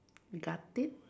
got it